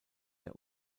der